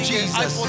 Jesus